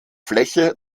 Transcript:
fläche